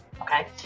okay